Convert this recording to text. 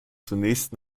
zunächst